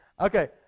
Okay